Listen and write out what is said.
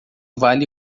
vale